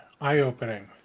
eye-opening